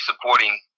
supporting